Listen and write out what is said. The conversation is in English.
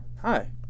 Hi